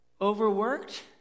overworked